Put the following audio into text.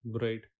Right